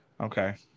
Okay